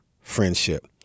friendship